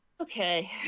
Okay